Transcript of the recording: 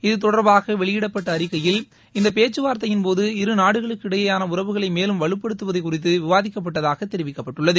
இது தொடர்பாக வெளியிடப்பட்ட அறிக்கையில் இந்த பேச்சுவார்த்தையின் போது இரு நாடுகளிடையேயான உறவுகளை மேலும் வலுப்படுத்துவதை குறித்து விவாதிக்கப்பட்டதாக தெரிவிக்கப்பட்டுள்ளது